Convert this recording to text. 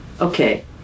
Okay